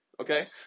Okay